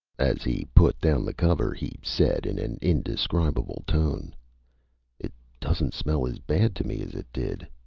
as he put down the cover he said in an indescribable tone it doesn't smell as bad to me as it did.